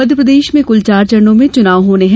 मध्यप्रदेश में कुल चार चरणों में चुनाव होने हैं